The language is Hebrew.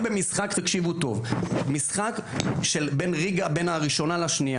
ליגה בין הראשונה לשנייה.